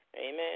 Amen